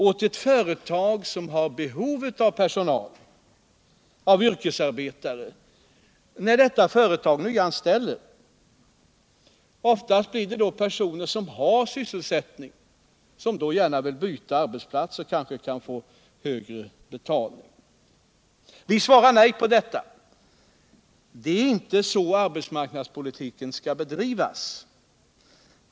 åt ett företag, som har behov av personal, av yrkesarbetare, när företaget nyanställer? Oftast kommer då personer i fråga som har sysselsättning, men som gärna vill byta arbetsplats och därmed kanske får bättre betalt. Vi svarar nej på denna fråga. Det är inte så arbetsmarknadspolitiken skall bedrivas.